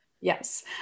yes